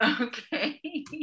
Okay